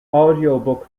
audiobook